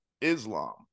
Islam